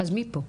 אז מי פה?